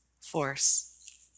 force